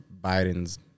biden's